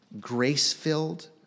grace-filled